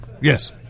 Yes